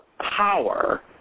power